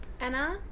Anna